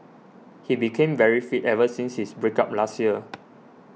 he became very fit ever since his break up last year